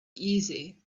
easy